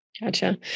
Gotcha